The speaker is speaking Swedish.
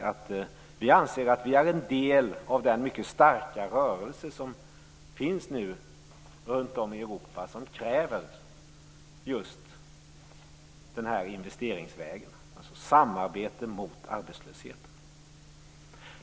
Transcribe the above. Men vi anser att vi är en del av den mycket starka rörelse som nu finns runt om i Europa och som kräver just investeringsvägen, alltså samarbete mot arbetslösheten.